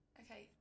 okay